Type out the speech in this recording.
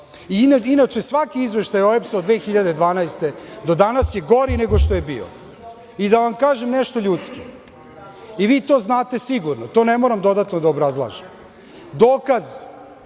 Inače, svaki izveštaj OEBS-a od 2012. godine do danas je gori nego što je bio.I da vam kažem nešto ljudski, i vi to znate sigurno, to ne moram dodatno da obrazlažem, dokaz